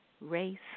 Race